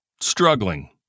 struggling